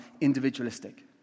individualistic